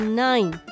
nine